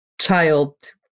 child